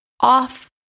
off